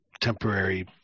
temporary